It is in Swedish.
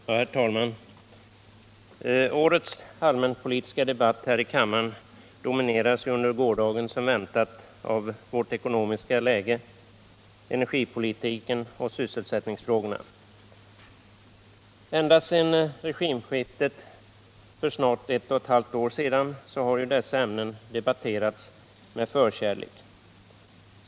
Herr talman! Årets allmänpolitiska debatt här i kammaren dominerades under gårdagen som väntat av vårt ekonomiska läge — energipolitiken och sysselsättningsfrågorna. Ända sedan regimskiftet för snart ett och ett halvt år sedan har dessa ämnen debatterats med förkärlek.